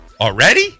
already